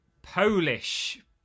Polish